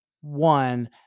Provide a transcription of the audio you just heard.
one